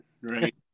Right